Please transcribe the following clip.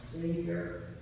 Savior